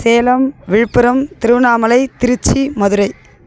Salem Villupuram Tiruvannamalai Trichy Madurai